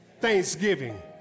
thanksgiving